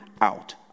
out